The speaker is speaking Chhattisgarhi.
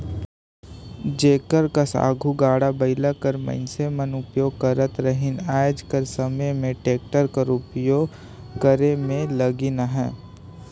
जेकर कस आघु गाड़ा बइला कर मइनसे मन उपियोग करत रहिन आएज कर समे में टेक्टर कर उपियोग करे में लगिन अहें